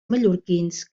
mallorquins